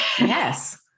Yes